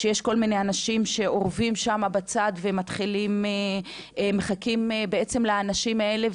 שיש כל מיני אנשים שאורבים שם בצד ומחכים בעצם לאנשים האלה,